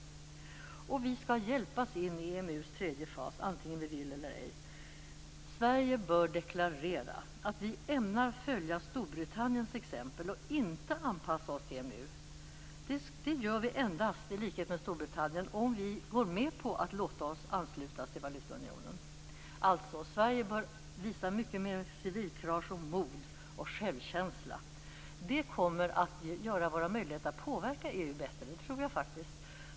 Vi skall hjälpas in i EMU:s tredje fas, antingen vi vill eller ej. Sverige bör deklarera att vi ämnar följa Storbritanniens exempel och inte anpassa oss till EMU. Det gör vi endast i likhet med Storbritannien om vi går med på att låta oss anslutas till valutaunionen. Sverige bör alltså visa mycket mer civilkurage, mod och självkänsla. Det kommer att göra våra möjligheter att påverka EU bättre. Det tror jag faktiskt.